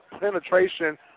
penetration